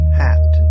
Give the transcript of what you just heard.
hat